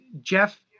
Jeff